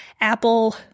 Apple